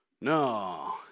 No